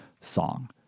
song